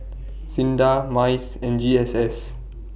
SINDA Mice and G S S